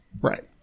right